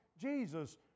Jesus